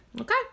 okay